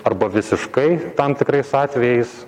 arba visiškai tam tikrais atvejais